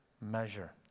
measure